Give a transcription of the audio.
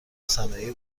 صنایع